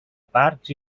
parcs